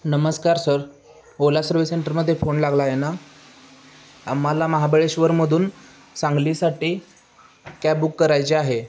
नमस्कार sir Ola service सेंटरमध्ये phone लागला आहे ना आम्हाला महाबळेश्वरमधून सांगलीसाटी कॅब बुक करायची आहे